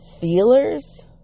feelers